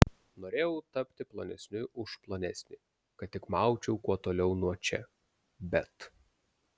norėjau tapti plonesniu už plonesnį kad tik maučiau kuo toliau nuo čia bet